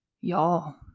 y'all